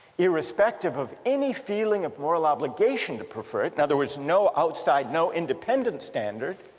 irrespective of any feeling of moral obligation to prefer it, in other words no outside, no independent standard,